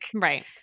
right